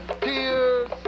Tears